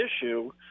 issue